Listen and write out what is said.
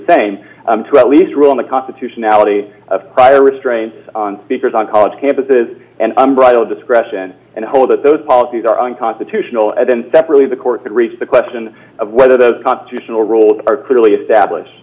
same to at least rule on the constitutionality of prior restraints on speakers on college campuses and bridle discretion and hold that those policies are unconstitutional and then separately the court could reach the question of whether the constitutional rules d are clearly establish